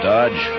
Dodge